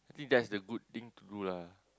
I think that's the good thing to do lah